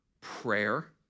prayer